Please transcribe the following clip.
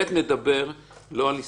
(ב) מדבר לא על הסתכלות.